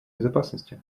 безопасности